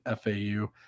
FAU